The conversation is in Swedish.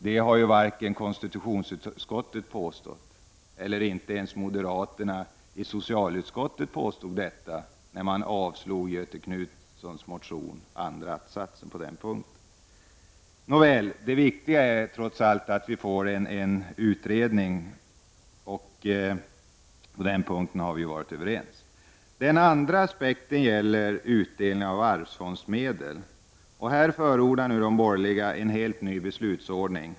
Det har varken konstitutionsutskottet eller ens moderaterna i socialutskottet påstått när de har avstyrkt andra att-satsen i Göthe Knutsons motion. Det viktiga är trots allt att vi får till stånd en utredning, och på den punkten är vi överens. Den andra aspekten gäller utdelning av arvsfondsmedel. Här förordar de borgerliga partierna en helt ny beslutsordning.